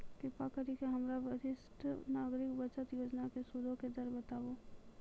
कृपा करि के हमरा वरिष्ठ नागरिक बचत योजना के सूदो के दर बताबो